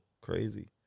crazy